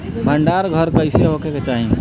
भंडार घर कईसे होखे के चाही?